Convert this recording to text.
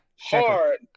Hard